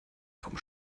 vom